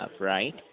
right